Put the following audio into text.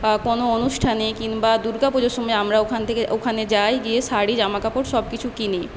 বা কোনো অনুষ্ঠানে কিংবা দুর্গাপুজোর সময় আমরা ওখান থেকে ওখানে যাই গিয়ে শাড়ি জামা কাপড় সব কিছু কিনি